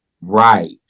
Right